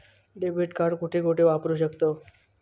Debit card कुठे कुठे वापरू शकतव?